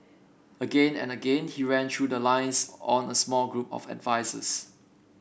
again and again he ran through the lines on a small group of advisers